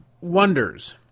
wonders